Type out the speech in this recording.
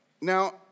Now